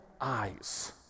eyes